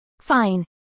Fine